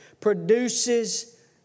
produces